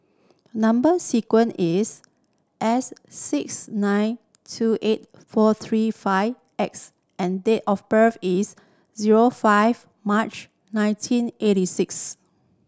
number sequence is S six nine two eight four three five X and date of birth is zero five March nineteen eighty six